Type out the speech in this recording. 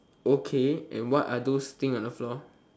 okay and what are those things on the floor